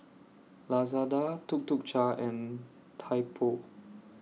Lazada Tuk Tuk Cha and Typo